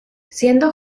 siendo